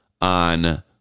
on